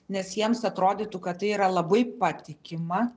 nes jiems atrodytų kad tai yra labai patikima